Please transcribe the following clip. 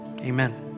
amen